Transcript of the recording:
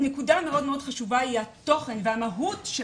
נקודה מאוד מאוד חשובה היא התוכן והמהות של